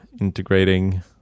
integrating